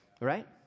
right